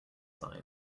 sign